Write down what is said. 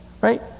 Right